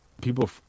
people